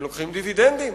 הם לוקחים דיבידנדים.